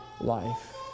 life